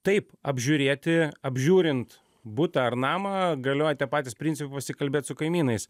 taip apžiūrėti apžiūrint butą ar namą galioja tie patys principai pasikalbėt su kaimynais